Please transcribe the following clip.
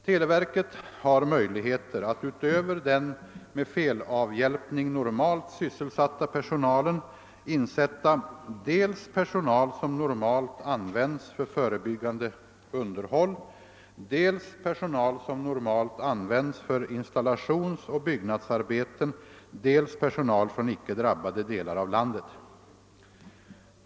Televerket har möjligheter att utöver den med felavhjälpning normalt sysselsatta personalen insätta dels personal som normalt används för förebyggande underhåll, dels personal som normalt används för installationsoch byggnadsarbeten, dels personal från icke drabbade delar av landet.